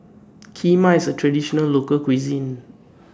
Kheema IS A Traditional Local Cuisine